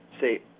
say